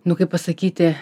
nu kaip pasakyti